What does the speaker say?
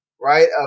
right